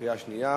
קריאה שנייה.